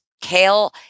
Kale